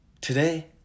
today